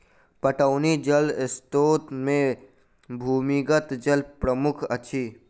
पटौनी जल स्रोत मे भूमिगत जल प्रमुख अछि